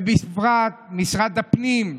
בפרט משרד הפנים,